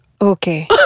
Okay